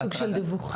איזה סוג של דיווחים?